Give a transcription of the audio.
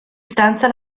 stanza